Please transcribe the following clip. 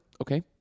Okay